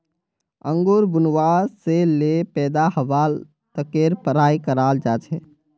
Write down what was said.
अंगूर बुनवा से ले पैदा हवा तकेर पढ़ाई कराल जा छे